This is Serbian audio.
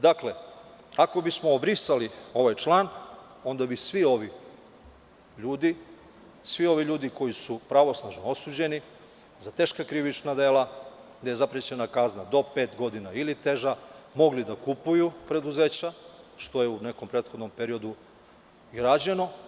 Dakle, ako bismo brisali ovaj član, onda bi svi ovi ljudi, svi ovi ljudi koji su pravosnažno osuđeni za teška krivična dela, gde je zaprećena kazna do pet godina ili teža, mogli da kupuju preduzeća, što je u nekom prethodnom periodu i rađeno.